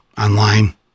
online